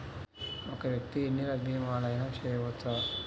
ఒక్క వ్యక్తి ఎన్ని భీమలయినా చేయవచ్చా?